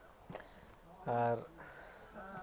ᱟᱨ